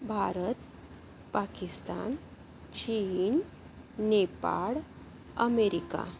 Bharat Pakistan Cheen Nepal America